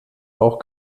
auch